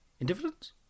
Indifference